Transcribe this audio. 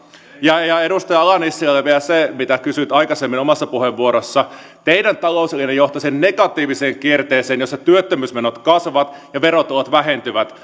ja ja edustaja ala nissilälle vielä se mitä kysyit aikaisemmin omassa puheenvuorossasi teidän talouslinjanne johtaisi negatiiviseen kierteeseen jossa työttömyysmenot kasvavat ja verotulot vähentyvät